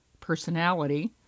personality